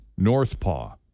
Northpaw